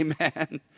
Amen